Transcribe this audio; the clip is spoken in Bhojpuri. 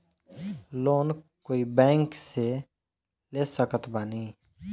लोन कोई बैंक से ले सकत बानी?